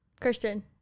Christian